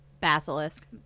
Basilisk